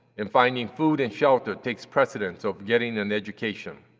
and finding food and shelter takes precedence of getting an education.